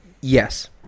Yes